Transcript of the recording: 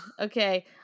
Okay